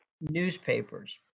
newspapers